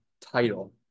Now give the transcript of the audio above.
title